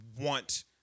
want